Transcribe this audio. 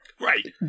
Right